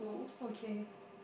okay